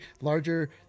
larger